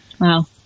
Wow